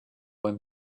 i’m